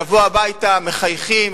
לבוא הביתה מחייכים,